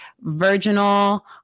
virginal